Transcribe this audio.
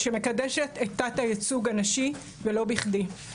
שמקדשת את תת הייצוג הנשי ולא בכדי.